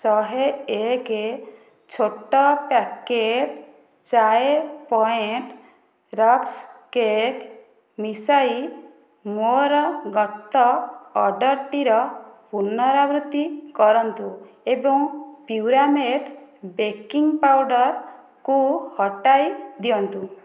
ଶହେ ଏକ ଛୋଟ packet Chai Point rusk cake ମିଶାଇ ମୋର ଗତ ଅର୍ଡ଼ର୍ଟିର ପୁନରାବୃତ୍ତି କରନ୍ତୁ ଏବଂ ପ୍ୟୁରାମେଟ୍ ବେକିଂ ପାଉଡର୍କୁ ହଟାଇ ଦିଅନ୍ତୁ